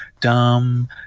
dumb